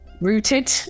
rooted